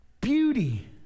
beauty